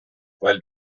while